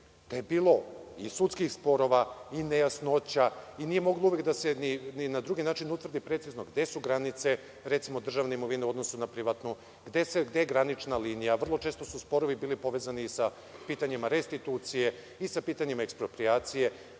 da je bilo i sudskih sporova i nejasnoća i nije uvek moglo na drugi način da se utvrdi precizno gde su granice, recimo, državne imovine u odnosu na privatnu, gde je granična linija. Vrlo često su sporovi bili povezani sa pitanjima restitucije i sa pitanjima eksproprijacije.